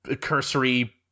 cursory